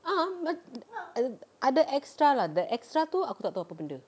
a'ah ma~ ada ada extra lah the extra tu aku tak tahu apa benda